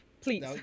please